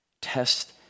Test